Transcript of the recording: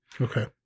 Okay